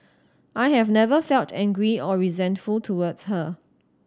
I have never felt angry or resentful towards her